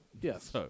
Yes